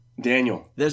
Daniel